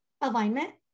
alignment